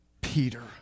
Peter